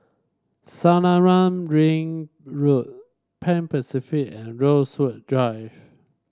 Selarang Ring Road Pan Pacific and Rosewood Drive